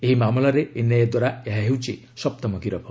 ଏହି ମାମଲାରେ ଏନ୍ଆଇଏ ଦ୍ୱାରା ଏହା ହେଉଛି ସପ୍ତମ ଗିରଫ୍